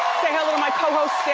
say hello to my cohost, staff